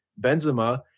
Benzema